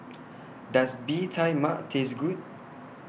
Does Bee Tai Mak Taste Good